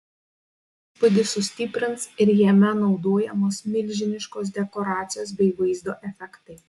šou įspūdį sustiprins ir jame naudojamos milžiniškos dekoracijos bei vaizdo efektai